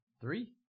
three